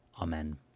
Amen